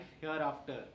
hereafter